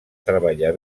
treballar